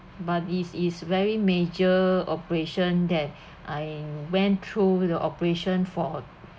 but this is very major operation that I went through the operation for